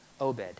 Obed